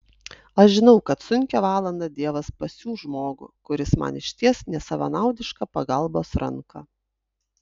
aš žinau kad sunkią valandą dievas pasiųs žmogų kuris man išties nesavanaudišką pagalbos ranką